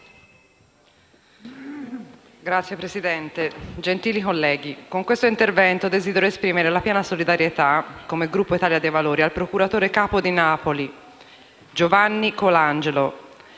Signor Presidente, gentili colleghi, con questo intervento desidero esprimere la piena solidarietà, come Gruppo Italia dei Valori, al procuratore capo di Napoli, Giovanni Colangelo.